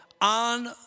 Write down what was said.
on